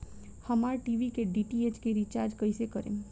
हमार टी.वी के डी.टी.एच के रीचार्ज कईसे करेम?